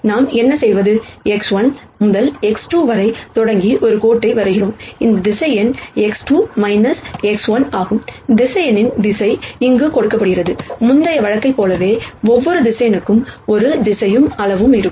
நாம் என்ன செய்வது x1 முதல் x2 வரை தொடங்கி ஒரு கோட்டை வரைகிறோம் இந்த வெக்டர் x2 x1 ஆகும் வெக்டர் திசை இங்கு கொடுக்கப்படுகிறது முந்தைய வழக்கைப் போலவே ஒவ்வொரு வெக்டர் ஒரு திசையும் அளவும் இருக்கும்